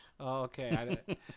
Okay